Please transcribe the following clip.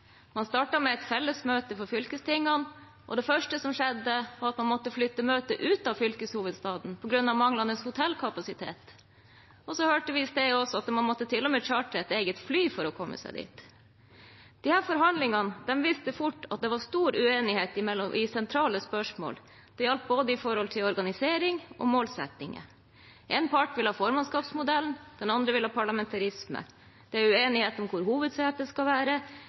Man startet med et fellesmøte for fylkestingene. Det første som skjedde, var at man måtte flytte møtet ut av fylkeshovedstaden på grunn av manglende hotellkapasitet. Så hørte vi i sted at man til og med måtte chartre et eget fly for å komme seg dit. Forhandlingene viste fort at det var stor uenighet om sentrale spørsmål, både når det gjaldt organisering og målsettinger. Én part ville ha formannskapsmodellen, en annen ville ha parlamentarisme. Det er også uenighet om hvor hovedsetet skal være,